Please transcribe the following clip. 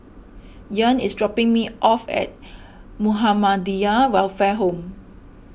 Ian is dropping me off at Muhammadiyah Welfare Home